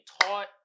taught